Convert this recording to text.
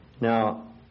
Now